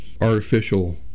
artificial